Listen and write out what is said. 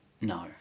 No